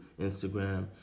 Instagram